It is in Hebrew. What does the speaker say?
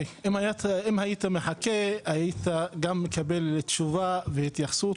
אם היית מחכה היית גם מקבל תשובה והתייחסות